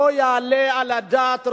לא יעלה על הדעת,